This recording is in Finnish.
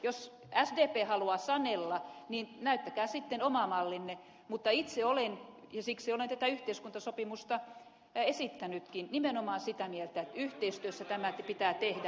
jos sdp haluaa sanella niin näyttäkää sitten oma mallinne mutta itse olen ja siksi olen tätä yhteiskuntasopimusta esittänytkin nimenomaan sitä mieltä että yhteistyössä tämä pitää tehdä